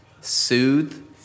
Soothe